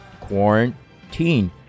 quarantine